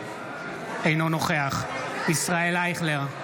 נגד ישראל אייכלר,